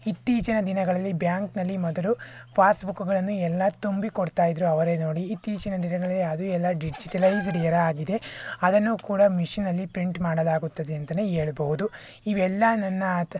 ಇತ್ತೀಚಿನ ದಿನಗಳಲ್ಲಿ ಬ್ಯಾಂಕ್ನಲ್ಲಿ ಮೊದಲು ಪಾಸ್ಬುಕ್ಕುಗಳನ್ನು ಎಲ್ಲ ತುಂಬಿಕೊಡ್ತಾಯಿದ್ರು ಅವರೇ ನೋಡಿ ಇತ್ತೀಚಿನ ದಿನಗಳಲ್ಲಿ ಅದು ಎಲ್ಲ ಡಿಜಿಟಲೈಜ್ಡ್ ಎರಾ ಆಗಿದೆ ಅದನ್ನು ಕೂಡ ಮಿಷಿನಲ್ಲಿ ಪ್ರಿಂಟ್ ಮಾಡಲಾಗುತ್ತದೆ ಅಂತನೇ ಹೇಳ್ಬೋದು ಇವೆಲ್ಲ ನನ್ನ